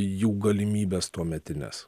jų galimybes tuometines